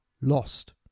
lost